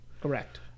Correct